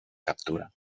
captura